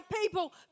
people